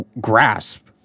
grasp